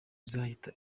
izahita